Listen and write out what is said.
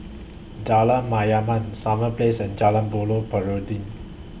Jalan Mayaanam Summer Place and Jalan Buloh Perindu